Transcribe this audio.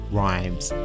rhymes